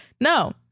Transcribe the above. No